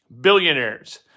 Billionaires